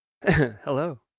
hello